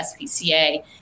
SPCA